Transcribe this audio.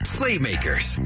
Playmakers